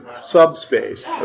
subspace